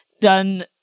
done